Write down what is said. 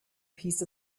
piece